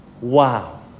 Wow